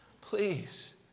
Please